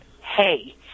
hey